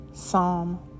Psalm